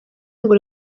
ngo